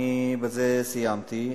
בזה סיימתי.